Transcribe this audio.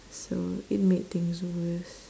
so it made things worse